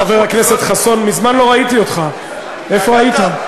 חבר הכנסת חסון, מזמן לא ראיתי אותך, איפה היית?